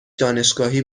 دانشگاهی